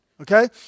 okay